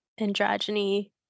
androgyny